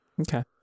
Okay